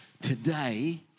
today